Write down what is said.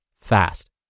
fast